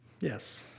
Yes